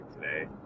today